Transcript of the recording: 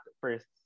first